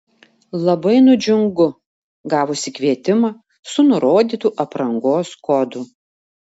labai nudžiungu gavusi kvietimą su nurodytu aprangos kodu